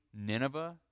Nineveh